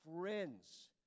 friends